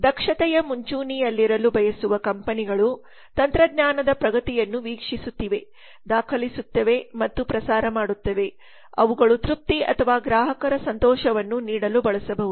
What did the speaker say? ದಕ್ಷತೆಯ ಮುಂಚೂಣಿಯಲ್ಲಿರಲು ಬಯಸುವ ಕಂಪನಿಗಳು ತಂತ್ರಜ್ಞಾನದ ಪ್ರಗತಿಯನ್ನು ವೀಕ್ಷಿಸುತ್ತಿವೆ ದಾಖಲಿಸುತ್ತವೆ ಮತ್ತು ಪ್ರಸಾರ ಮಾಡುತ್ತವೆ ಅವುಗಳು ತೃಪ್ತಿ ಅಥವಾ ಗ್ರಾಹಕರ ಸಂತೋಷವನ್ನು ನೀಡಲು ಬಳಸಬಹುದು